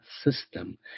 system